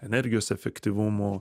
energijos efektyvumu